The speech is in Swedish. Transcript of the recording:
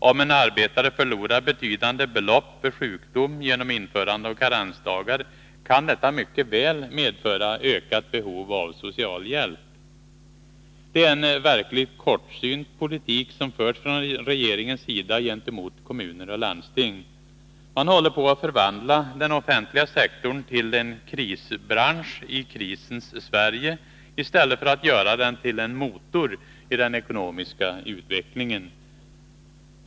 Om en arbetare genom införande av karensdagar förlorar betydande belopp vid sjukdom, kan detta mycket väl medföra ökat behov av socialhjälp. Det är en verkligt kortsynt politik som förs från regeringens sida gentemot kommuner och landsting. Man håller på att förvandla den offentliga sektorn till en krisbransch i krisens Sverige i stället för att göra den till en motor i den ekonomiska utvecklingen.